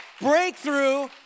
Breakthrough